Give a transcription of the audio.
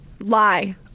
lie